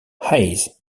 hayes